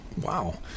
Wow